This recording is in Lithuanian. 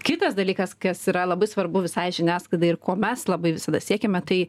kitas dalykas kas yra labai svarbu visai žiniasklaidai ir ko mes labai visada siekiame tai